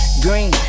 Green